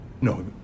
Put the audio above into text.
no